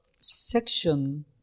section